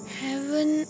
heaven